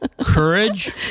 courage